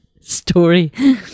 story